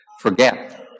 forget